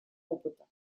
опыта